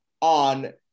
on